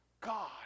God